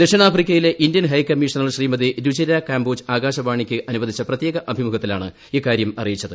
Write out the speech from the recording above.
ദക്ഷിണാഫ്രിക്കയിലെ Indian high commissioner Shrimati Ruchira Kamboj ആകാശവാണിക്ക് അനുവദിച്ച പ്രത്യേക അഭിമുഖത്തിലാണ് ഇക്കാര്യം അറിയിച്ചത്